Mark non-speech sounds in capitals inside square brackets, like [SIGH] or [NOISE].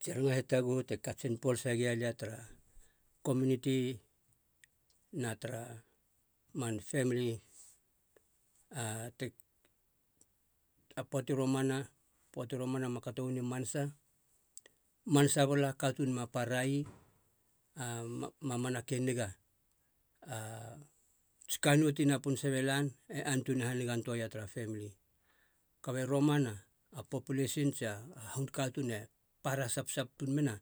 Tsi rangan hitaguhu te katsin polase gialia tara komuniti na tara man femili. [UNINTELLIGIBLE] a poata i romana poata i romana ma kato uanei i manasa. Manasa bala a katuun ma parai [NOISE] a mamanake niga. A tsi kann nou ti napin sabe lan e antuna hanigan toaia tara femili. Kaba i romana a populesin tsia hun katuun e para sapsap tuun mena,